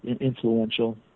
influential